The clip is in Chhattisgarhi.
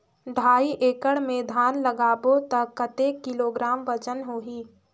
ढाई एकड़ मे धान लगाबो त कतेक किलोग्राम वजन होही?